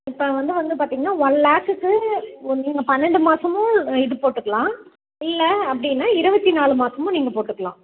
இப்போ வந்து வந்து பார்த்தீங்கன்னா ஒன் லேக்குக்கு நீங்கள் ஒன் நீங்கள் பன்னெண்டு மாதமும் இது போட்டுக்கலாம் இல்லை அப்படின்னா இருபத்தி நாலு மாதமும் நீங்கள் போட்டுக்கலாம்